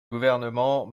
gouvernement